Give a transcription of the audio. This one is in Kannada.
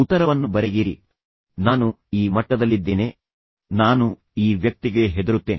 ಉತ್ತರವನ್ನು ಬರೆಯಿರಿಃ ನಾನು ಈ ಮಟ್ಟದಲ್ಲಿದ್ದೇನೆ ನಾನು ಈ ವ್ಯಕ್ತಿಗೆ ಹೆದರುತ್ತೇನೆ